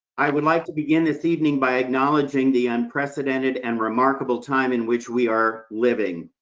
i would like to begin this evening by acknowledging the unprecedented and remarkable time in which we are living.